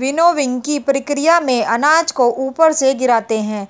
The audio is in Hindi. विनोविंगकी प्रकिया में अनाज को ऊपर से गिराते है